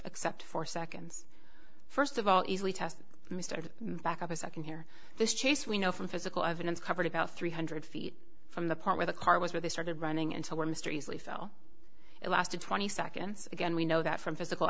accept four seconds first of all easily test mr back up a second here this chase we know from physical evidence covered about three hundred feet from the part where the car was where they started running into where mr easily fill it lasted twenty seconds again we know that from physical